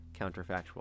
counterfactual